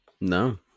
No